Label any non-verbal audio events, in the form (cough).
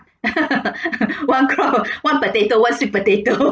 (laughs) one crop one potato one sweet potato